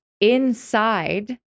inside